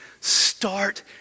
start